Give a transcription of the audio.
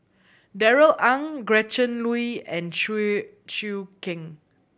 Darrell Ang Gretchen Liu and Chew Choo Keng